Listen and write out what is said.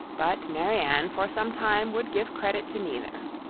but marianne for some time would give credit to neither.